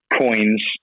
coins